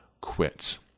quits